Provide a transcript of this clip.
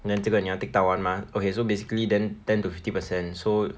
and then 这个你要 tick 到完 mah okay so basically then ten to fifty percent so